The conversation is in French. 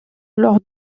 lors